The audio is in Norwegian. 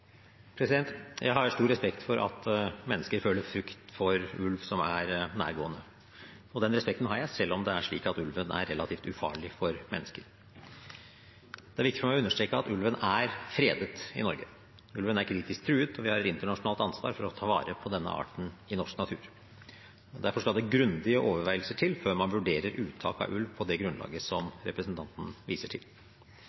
Jeg har stor respekt for at mennesker føler frykt for ulv som er nærgående. Den respekten har jeg, selv om det er slik at ulven er relativt ufarlig for mennesker. Det er viktig for meg å understreke at ulven er fredet i Norge. Ulven er kritisk truet, og vi har et internasjonalt ansvar for å ta vare på denne arten i norsk natur. Derfor skal det grundige overveielser til før man vurderer uttak av ulv på det grunnlaget som